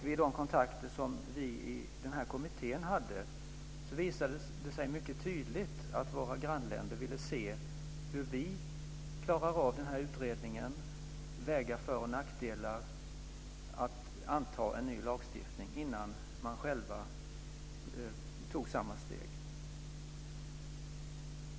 Vid de kontakter som vi i kommittén hade visade det sig mycket tydligt att våra grannländer ville se hur vi klarade av utredningen, och väga för och nackdelar för att anta en ny lagstiftning innan de själva tog samma steg.